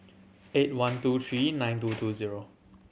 eight one two three nine two two zero